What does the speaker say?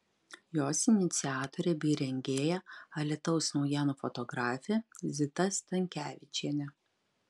jos iniciatorė bei rengėja alytaus naujienų fotografė zita stankevičienė